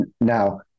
Now